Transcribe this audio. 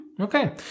Okay